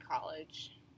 college